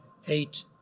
hate